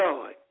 God